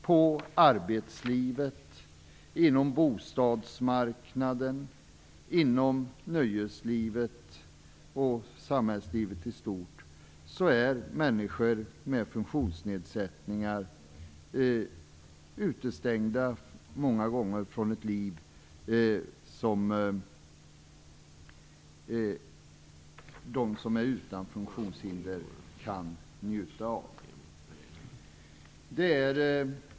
I arbetslivet, på bostadsmarknaden, i nöjeslivet och i samhället i stort är människor med funktionsnedsättningar många gånger utestängda från det liv som de som inte har funktionshinder kan njuta av.